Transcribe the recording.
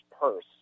purse